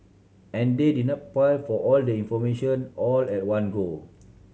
and they didn't pile for all the information all at one go